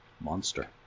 Monster